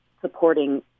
supporting